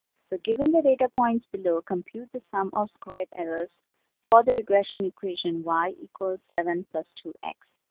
so given the data points below, compute the sum of squared errors for the regression equation y equals seven plus two x.